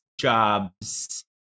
jobs